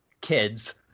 kids